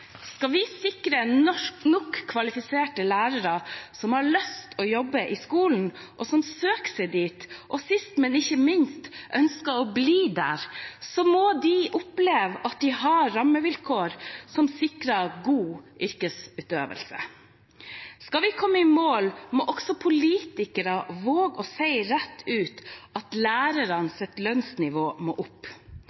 Skal vi sikre nok kvalifiserte lærere som har lyst til å jobbe i skolen, som søker seg dit, og som – sist, men ikke minst – ønsker å bli der, må de oppleve at de har rammevilkår som sikrer god yrkesutøvelse. Skal vi komme i mål, må også politikere våge å si rett ut at